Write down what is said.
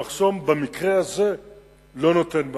המחסום במקרה הזה לא נותן מענה.